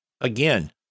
again